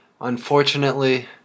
Unfortunately